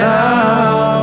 now